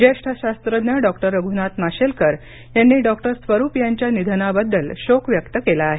ज्येष्ठ शास्त्रज्ञ डॉक्टर रघुनाथ माशेलकर यांनी डॉक्टर स्वरूप यांच्या निधनाबद्दल शोक व्यक्त केला आहे